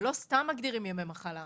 לא סתם מגדירים ימי מחלה.